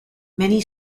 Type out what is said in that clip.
many